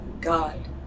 God